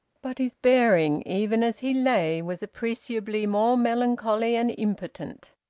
but his bearing, even as he lay, was appreciably more melancholy and impotent.